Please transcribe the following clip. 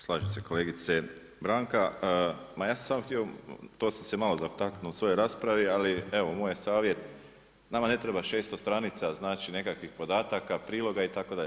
Slažem se kolegice Branka, ma ja sam samo htio, to sam se malo dotaknuo u svojoj raspravi, ali evo moj je savjet, nama ne treba 600 stranica nekakvih podataka, priloga itd.